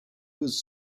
was